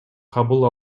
кабыл